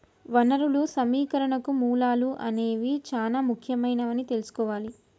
వనరులు సమీకరణకు మూలాలు అనేవి చానా ముఖ్యమైనవని తెల్సుకోవాలి